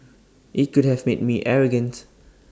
IT could have made me arrogant